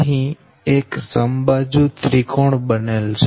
અહી એક સમબાજુ ત્રિકોણ બનેલ છે